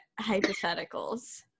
hypotheticals